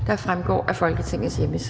der fremgår af Folketingets hjemmeside.